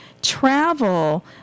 travel